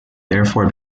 therefore